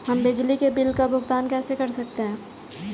हम बिजली के बिल का भुगतान कैसे कर सकते हैं?